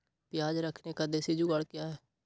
प्याज रखने का देसी जुगाड़ क्या है?